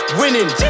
winning